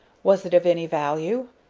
was it of any value?